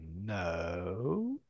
no